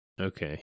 okay